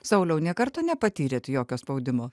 sauliau nė karto nepatyrėt jokio spaudimo